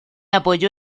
apoyó